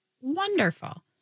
wonderful